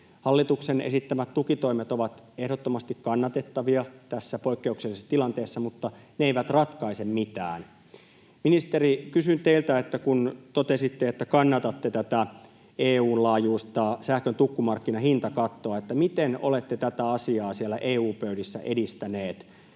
Hallituksen esittämät tukitoimet ovat ehdottomasti kannatettavia tässä poikkeuksellisessa tilanteessa, mutta ne eivät ratkaise mitään. Ministeri, kysyn teiltä: Kun totesitte, että kannatatte tätä EU:n laajuista sähkön tukkumarkkinahintakattoa, niin miten olette tätä asiaa siellä EU-pöydissä edistänyt?